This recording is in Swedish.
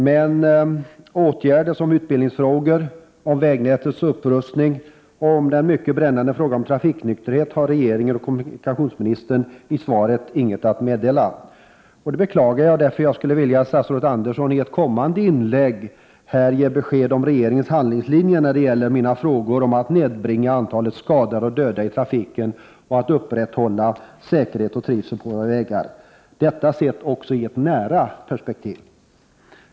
Men om utbildningsfrågor, om vägnätets upprustning och om den mycket brännande frågan om trafiknykterhet har regeringen och kommunikationsministern i svaret inget att meddela. Det beklagar jag, och 55 Prot. 1988/89:124 därför skulle jag vilja att statsrådet Andersson i ett kommande inlägg här ger besked om regeringens handlingslinje när det gäller mina frågor om att nedbringa antalet skadade och döda i trafiken och att upprätthålla säkerhet och trivsel på våra vägar. Detta sett också i ett nära perspektiv.